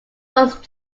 those